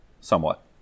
somewhat